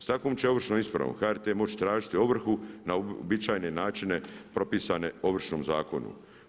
S takvom će ovršnom ispravom HRT moći tražiti ovrhu na uobičajene načine propisane Ovršnim zakonom.